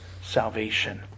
salvation